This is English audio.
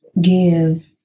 give